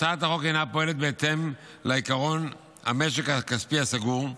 הצעת החוק אינה פועלת בהתאם לעקרון המשק הכספי הסגור,